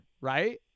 right